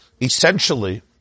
Essentially